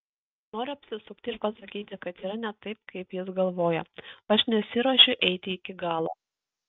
noriu apsisukti ir pasakyti kad yra ne taip kaip jis galvoja aš nesiruošiu eiti iki galo